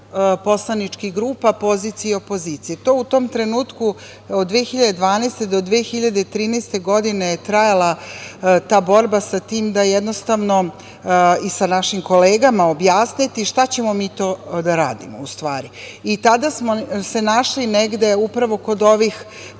poslaničkih grupa pozicije i opozicije. U tom trenutku od 2012. do 2013. godine je trajala ta borba sa tim da jednostavno i sa naših kolegama objasniti šta ćemo mi to da radimo, u stvari. Tada smo se našli negde upravo kod ovih